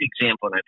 example